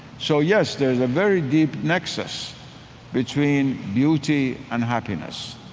so, yes, there's a very deep nexus between beauty and happiness,